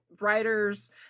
writers